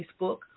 Facebook